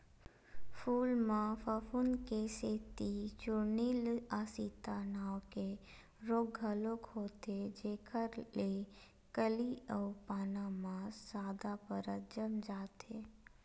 फूल म फफूंद के सेती चूर्निल आसिता नांव के रोग घलोक होथे जेखर ले कली अउ पाना म सादा परत जम जाथे